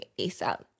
ASAP